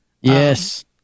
Yes